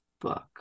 book